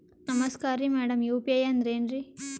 ನಮಸ್ಕಾರ್ರಿ madam UPI ಅಂದ್ರೆನ್ರಿ?